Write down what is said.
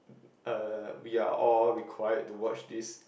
uh we are all required to watch this